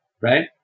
Right